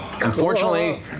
unfortunately